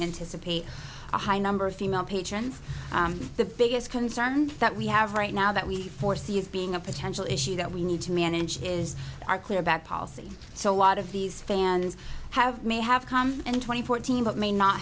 anticipate a high number of female patrons the biggest concern that we have right now that we foresee as being a potential issue that we need to manage is are clear about policy so a lot of these fans have may have come in twenty fourteen but may not